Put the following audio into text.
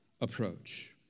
approach